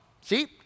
see